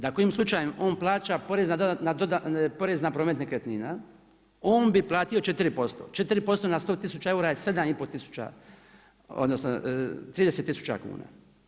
Da kojim slučajem on plaća, porez na promet nekretnina, on bi platio 4%, 4% na 100 tisuća eura je 7,5 odnosno 30 tisuća kuna.